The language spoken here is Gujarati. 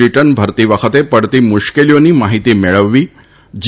રિટર્ન ભરતી વખત પડતી મુશ્કેલીઓન માહિતી માળવવી જી